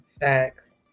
thanks